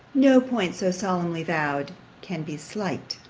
no point so solemnly vowed can be slight.